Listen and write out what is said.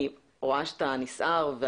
אני רואה שאתה נסער.